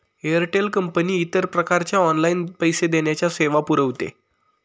Airtel company इतर प्रकारच्या online पैसे देण्याच्या सेवा पुरविते